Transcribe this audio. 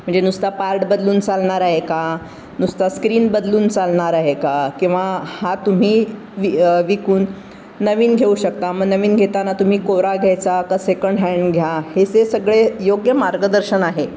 म्हणजे नुसता पार्ट बदलून चालणार आहे का नुसता स्क्रीन बदलून चालणार आहे का किंवा हा तुम्ही वि विकून नवीन घेऊ शकता मग नवीन घेताना तुम्ही कोरा घ्यायचा का सेकंड हँड घ्या हे जे सगळे योग्य मार्गदर्शन आहे